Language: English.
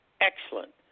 excellent